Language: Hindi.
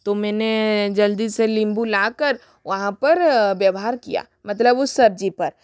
तो मैंने जल्दी से नींबू ला कर वहाँ पर व्यवहार किया मतलब उस सब्ज़ी पर